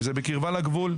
אם זה בקרבה לגבול,